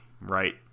right